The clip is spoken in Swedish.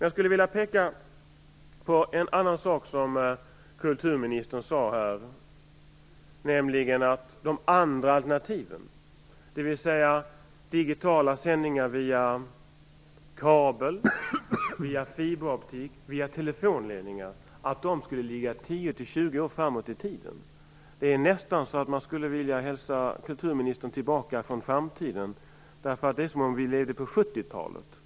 Jag skulle vilja peka på en annan sak som kulturministern sade, nämligen att de andra alternativen, dvs. digitala sändningar via kabel, fiberoptik och telefonledningar, skulle ligga 10-20 år framåt i tiden. Det är nästan så att man skulle vilja hälsa kulturministern välkommen tillbaka till framtiden. Det är som om vi levde på 70-talet.